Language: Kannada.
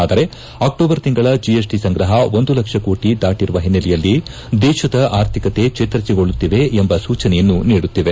ಆದರೆ ಅಕ್ಲೋಬರ್ ತಿಂಗಳ ಜಿಎಸ್ಟಿ ಸಂಗ್ರಹ ಒಂದು ಲಕ್ಷ ಕೋಟಿ ದಾಟರುವ ಹಿನೈಲೆಯಲ್ಲಿ ದೇಶದ ಆರ್ಥಿಕತೆ ಚೇತರಿಸಿಕೊಳ್ಲುತ್ತಿವೆ ಎಂಬ ಸೂಚನೆಯನ್ನು ನೀಡುತ್ತಿದೆ